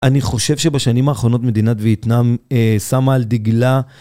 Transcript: אני חושב שבשנים האחרונות מדינת וייטנאם שמה על דגלה.